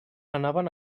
anaven